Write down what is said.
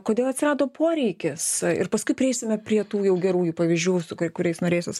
kodėl atsirado poreikis ir paskui prieisime prie tų jau gerųjų pavyzdžių su kuriais norėsis